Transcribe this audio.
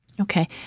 Okay